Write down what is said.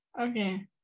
okay